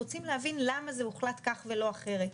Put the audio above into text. רוצים להבין למה זה הוחלט כך ולא אחרת.